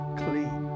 clean